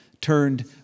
turned